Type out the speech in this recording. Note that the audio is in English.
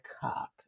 cock